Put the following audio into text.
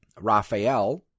Raphael